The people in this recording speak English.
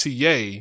TA